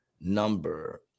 number